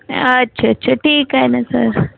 अच्छा अच्छा ठीक आहे ना सर